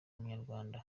umunyarwanda